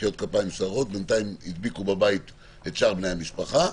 בינתיים הדביקו בבית את שאר בני המשפחה,